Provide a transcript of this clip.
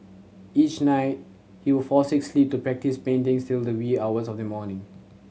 each night he would forsake sleep to practise painting till the wee hours of the morning